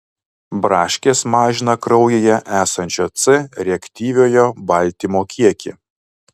braškės mažina kraujyje esančio c reaktyviojo baltymo kiekį